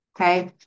okay